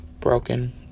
broken